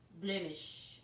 Blemish